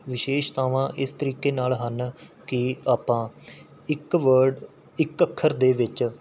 ਵਿਸ਼ੇਸ਼ਤਾਵਾਂ ਇਸ ਤਰੀਕੇ ਨਾਲ਼ ਹਨ ਕਿ ਆਪਾਂ ਇੱਕ ਵਰਡ ਇੱਕ ਅੱਖਰ ਦੇ ਵਿੱਚ